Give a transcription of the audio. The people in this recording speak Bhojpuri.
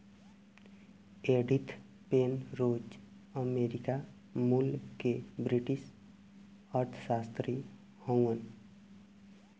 एडिथ पेनरोज अमेरिका मूल के ब्रिटिश अर्थशास्त्री हउवन